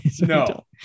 no